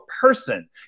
person